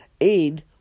aid